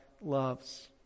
loves